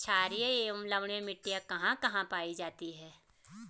छारीय एवं लवणीय मिट्टी कहां कहां पायी जाती है?